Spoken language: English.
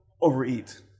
overeat